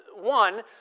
One